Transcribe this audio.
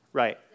right